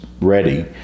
ready